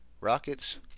Rockets